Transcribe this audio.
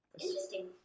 Interesting